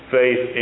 faith